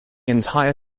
entire